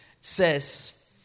says